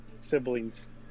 siblings